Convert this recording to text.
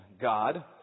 God